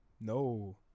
No